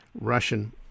Russian